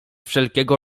wszelkiego